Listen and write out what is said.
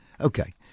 Okay